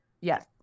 Yes